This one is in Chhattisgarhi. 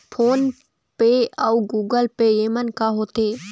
फ़ोन पे अउ गूगल पे येमन का होते?